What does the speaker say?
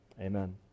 Amen